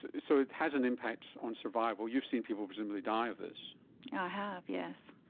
so it has an impact on survival. you've seen people presumably die of this. i have, yes.